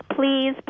please